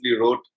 wrote